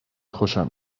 خوشم